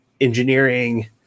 engineering